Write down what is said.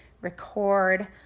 record